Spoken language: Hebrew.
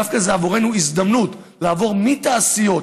דווקא עבורנו זו הזדמנות לעבור מתעשיות